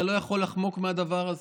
אתה לא יכול לחמוק מהדבר הזה.